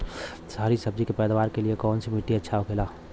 हरी सब्जी के पैदावार के लिए कौन सी मिट्टी अच्छा होखेला?